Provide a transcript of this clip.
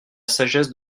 sagesse